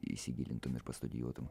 įsigilintum ir pastudijuotum